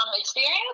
experience